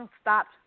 stopped